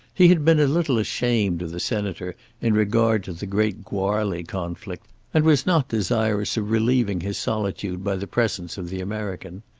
he had been a little ashamed of the senator in regard to the great goarly conflict and was not desirous of relieving his solitude by the presence of the american.